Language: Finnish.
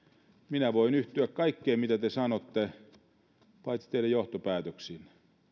minä voin yhtyä kaikkeen mitä te sanotte paitsi teidän johtopäätöksiinne